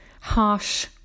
harsh